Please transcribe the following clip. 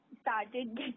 started